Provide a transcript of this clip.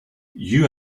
you